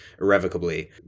irrevocably